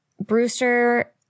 Brewster